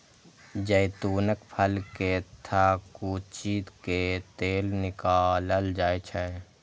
जैतूनक फल कें थकुचि कें तेल निकालल जाइ छै